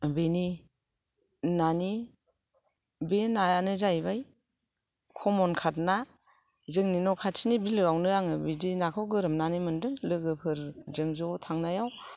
बेनि नानि बे नायानो जायैबाय खमन काट ना जोंनि न' खाथिनि बिलोआवनो आं बिदि नाखौ गोरोमनानै मोनदों लोगोफोरजों ज' थांनायाव